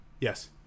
Yes